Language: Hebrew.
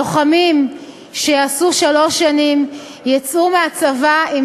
לוחמים שישרתו שלוש שנים יצאו מהצבא עם